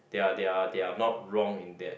they're they're they're not wrong in that